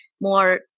more